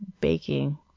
baking